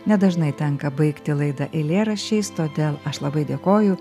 nedažnai tenka baigti laidą eilėraščiais todėl aš labai dėkoju